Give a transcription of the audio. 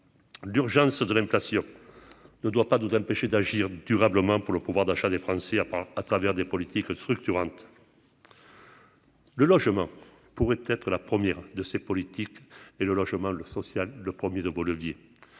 d'urgence de l'inflation ne doit pas 12 empêcher d'agir durablement pour le pouvoir d'achat des Français à part à travers des politiques structurantes. Le logement pourrait être la première de ces politiques et le logement social, le 1er nouveaux leviers